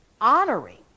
honoring